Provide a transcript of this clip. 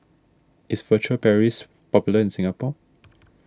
is Furtere Paris popular in Singapore